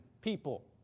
people